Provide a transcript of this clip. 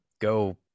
go